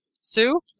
Sue